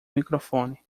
microfone